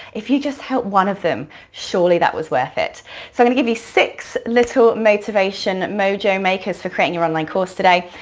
if you just help one of them, surely that was worth it. so i'm gonna give you six little motivation mojo makers for creating your online course today.